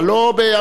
אבל לא בעמידה